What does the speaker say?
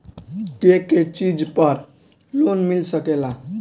के के चीज पर लोन मिल सकेला?